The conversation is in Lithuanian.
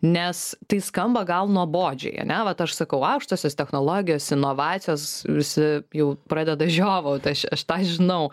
nes tai skamba gal nuobodžiai ane vat aš sakau aukštosios technologijos inovacijos visi jau pradeda žiovaut aš aš tą žinau